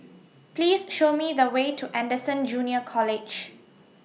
Please Show Me The Way to Anderson Junior College